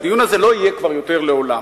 שהדיון הזה לא יהיה כבר יותר לעולם.